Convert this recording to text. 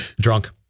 Drunk